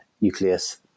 nucleus